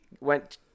went